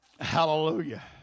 Hallelujah